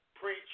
Preach